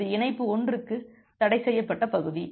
எனவே இது இணைப்பு 1 க்கு தடைசெய்யப்பட்ட பகுதி